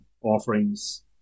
offerings